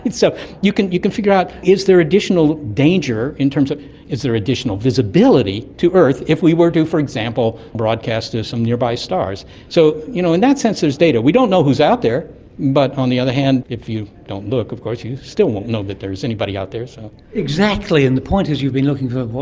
so you can you can figure out, is there additional danger in terms of is there additional visibility to earth if we were to, for example, broadcast to some nearby stars. so you know in that sense there is data. we don't know who is out there, but on the other hand if you don't look of course you still won't know that there is anybody out there. so exactly, and the point is you've been looking for, what,